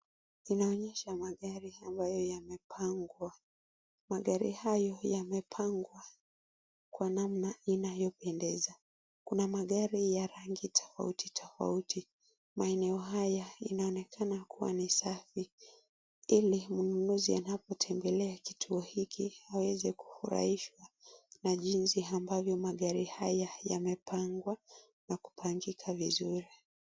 Inaonyesha magari ambayo yamepangwa magari hayo yamepangwa kwa namna inayopendeza. Kuna magari ya rangi tofauti tofauti maeneo haya inaonekana kuwa ni safi ili mnunuzi anapotembelea kituo hiki aweze kufurahishwa na jinsi ambavyo magari haya yamepangwa na kupangika vizuri.